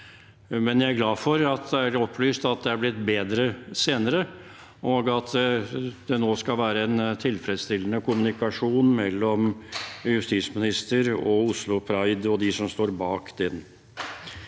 Jeg er glad for at det er opplyst at det er blitt bedre senere, og at det nå skal være en tilfredsstillende kommunikasjon mellom justisministeren og Oslo Pride og de som står bak den.